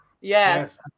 Yes